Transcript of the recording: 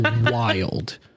wild